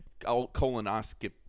colonoscopy